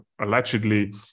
allegedly